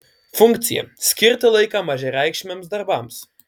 funkcija skirti laiką mažareikšmiams darbams